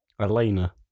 Elena